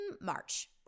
March